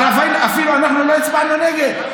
אבל אפילו לא הצבענו נגד.